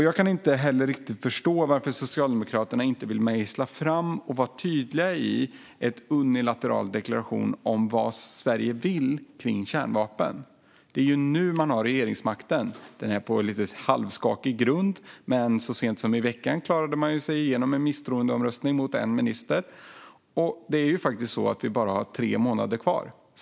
Jag kan inte heller riktigt förstå varför Socialdemokraterna inte vill mejsla fram och vara tydliga med en unilateral deklaration om vad Sverige vill när det gäller kärnvapen. Det är nu de har regeringsmakten. Den står på lite halvskakig grund, men så sent som i veckan klarade de sig igenom en misstroendeomröstning mot en minister. Vi har faktiskt bara tre månader kvar.